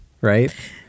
right